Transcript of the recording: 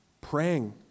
Praying